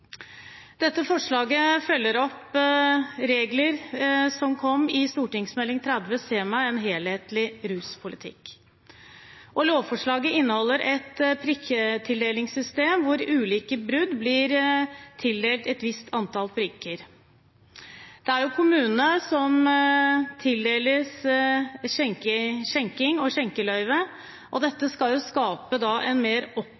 Dette forslaget følger opp regler som kom i Meld. St. 30 for 2011–2012, Se meg! En helhetlig ruspolitikk. Lovforslaget inneholder et prikktildelingssystem hvor ulike brudd blir tildelt et visst antall prikker. Det er kommunene som tildeler skjenkeløyve, og dette skal skape en mer